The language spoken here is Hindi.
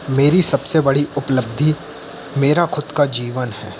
मेरी सबसे बड़ी उपलब्धि मेरा खुद का जीवन है